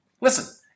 Listen